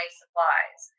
supplies